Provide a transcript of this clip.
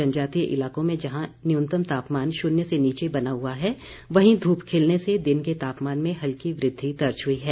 जनजातीय इलाकों में जहां न्यूनतम तापमान शून्य से नीचे बना हुआ है वहीं धूप खिलने से दिन के तापमान में हल्की वृद्धि दर्ज हुई है